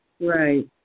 Right